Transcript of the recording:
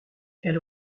elle